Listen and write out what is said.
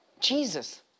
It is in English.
Jesus